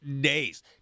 days